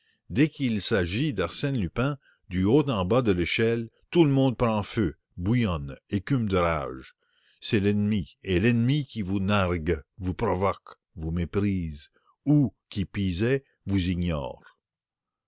dès qu'il s'agit d'arsène lupin du haut en bas de l'échelle tout le monde prend feu bouillonne écume de rage c'est l'ennemi et l'ennemi qui vous nargue vous provoque vous méprise ou qui pis est vous ignore